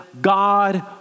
God